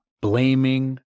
blaming